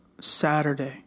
Saturday